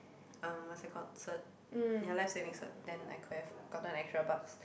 um what's that call cert ya life saving cert then I could have gotten extra bucks